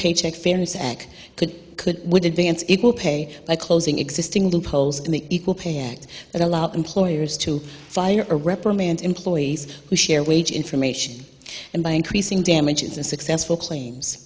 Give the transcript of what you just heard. paycheck fairness act could could would advance equal pay by closing existing loopholes in the equal pay act that allowed employers to fire a reprimand employees who share wage information and by increasing damages and successful claims